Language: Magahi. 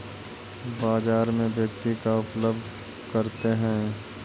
बाजार में व्यक्ति का उपलब्ध करते हैं?